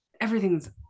everything's